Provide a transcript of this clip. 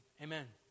Amen